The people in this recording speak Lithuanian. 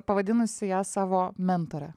pavadinusi ją savo mentore